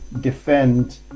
defend